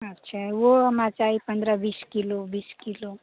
अच्छा ओहो हमरा चाही पन्द्रह बीस किलो बीस किलो